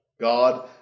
God